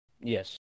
Yes